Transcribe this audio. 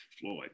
Floyd